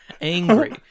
angry